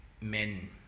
men